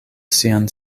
sian